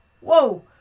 Whoa